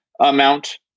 amount